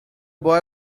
boy